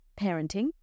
parenting